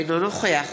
אינו נוכח